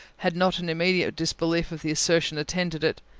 had not an immediate disbelief of the assertion attended it.